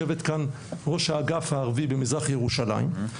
ראש האגף הערבי במזרח ירושלים,